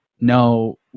no